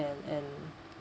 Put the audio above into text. and and